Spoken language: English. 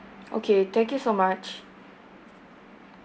okay thank you so much